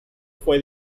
fue